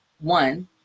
one